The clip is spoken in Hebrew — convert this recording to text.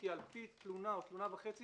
כי לפי תלונה עד תלונה וחצי